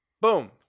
Boom